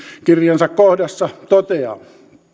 kirjansa kohdassa toteaa